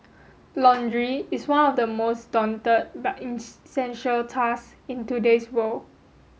laundry is one of the most daunted but tasks in today's world